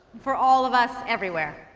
for all of us everywhere.